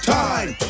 time